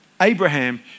Abraham